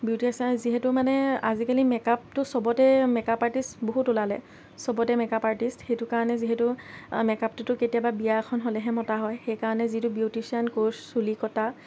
beautician যিহেতু মানে আজিকালি মেকআপটো চবতে মেকআপ আৰ্টিষ্ট বহুত ওলালে চবতে মেকআপ আৰ্টিষ্ট সেইটো কাৰণে যিহেতু মেকআপটোতো কেতিয়াবা বিয়াখন হ'লেহে মতা হয় সেইকাৰণে যিটো বিউটিছিয়ান কৰ্ছ চুলি কটা